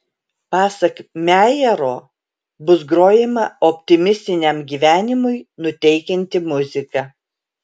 pasak mejero bus grojama optimistiniam gyvenimui nuteikianti muzika